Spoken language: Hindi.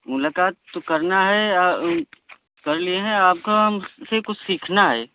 मुलाकात तो करना है कर लिए हैं आपको हमसे कुछ सीखना है